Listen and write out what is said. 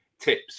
tips